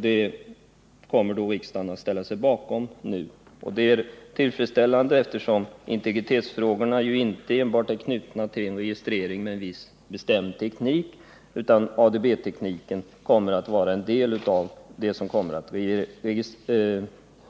Detta kommer riksdagen nu att ställa sig bakom och det är tillfredsställande, eftersom integritetsfrågorna ju inte enbart är knutna till registrering med en viss, bestämd teknik. ADB-tekniken kommer alltså att vara en del av det som kommer att